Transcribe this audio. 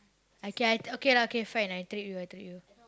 okay lah okay lah fine I treat you I treat you